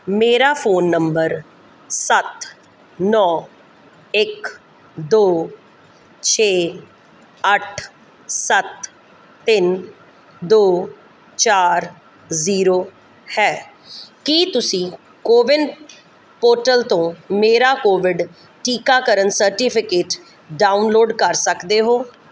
ਮੇਰਾ phone number ਸੱਤ ਨੌਂ ਇੱਕ ਦੋ ਛੇ ਅੱਠ ਸੱਤ ਤਿੰਨ ਦੋ ਚਾਰ ਜ਼ੀਰੋ ਹੈ ਕੀ ਤੁਸੀਂ ਕੋਵਿਨ ਪੋਰਟਲ ਤੋਂ ਮੇਰਾ ਕੋਵਿਡ ਟੀਕਾਕਰਨ ਸਰਟੀਫਿਕੇਟ ਡਾਊਨਲੋਡ ਕਰ ਸਕਦੇ ਹੋ